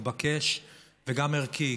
מתבקש וגם ערכי,